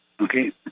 okay